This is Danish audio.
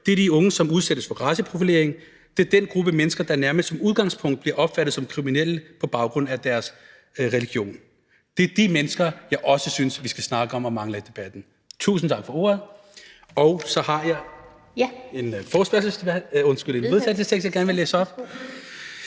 Det er de unge, som udsættes for raceprofilering. Det er den gruppe mennesker, der nærmest som udgangspunkt bliver opfattet som kriminelle på baggrund af deres religion. Det er de mennesker, jeg også synes vi skal snakke om og mangler i debatten. Tusind tak for ordet. Så har jeg en vedtagelsestekst, som jeg gerne vil læse op: